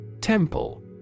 Temple